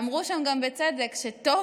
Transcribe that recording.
גם אמרו שם בצדק שאולי